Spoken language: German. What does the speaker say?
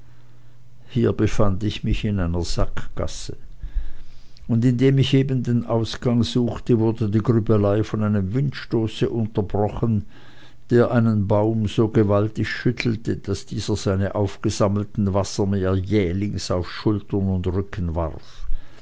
hier befand ich mich in einer sackgasse und indem ich den ausgang suchte wurde die grübelei von einem windstoße unterbrochen der einen baum so gewaltig schüttelte daß dieser seine aufgesammelten wasser mir jählings auf schultern und rücken warf